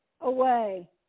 away